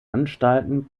anstalten